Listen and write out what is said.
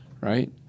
right